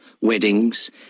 weddings